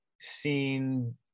seen